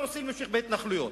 אבל רוצים להמשיך בהתנחלויות.